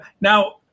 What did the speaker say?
Now